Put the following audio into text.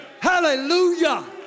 Hallelujah